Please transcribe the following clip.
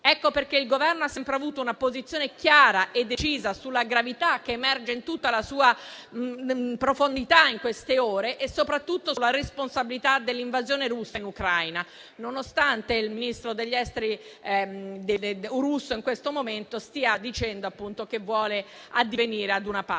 Ecco perché il Governo ha sempre avuto una posizione chiara e decisa sulla gravità che emerge in tutta la sua profondità in queste ore e soprattutto sulla responsabilità dell'invasione russa in Ucraina, nonostante il ministro degli esteri russo Lavrov in questo momento stia dicendo che vuole addivenire a una pace.